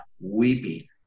weeping